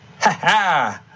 haha